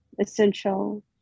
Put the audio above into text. essential